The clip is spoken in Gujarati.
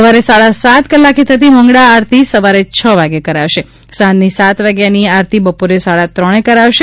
સવારે સાડા સાત કલાકે થતી મંગળા આરતી સવારે છ વાગ્યે કરાશે સાંજની સાત વાગ્યાની આરતી બપોરે સાડા ત્રણે કરાશે